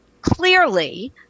clearly